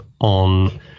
on